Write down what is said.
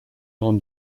non